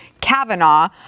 Kavanaugh